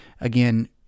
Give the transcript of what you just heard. again